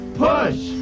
push